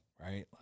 right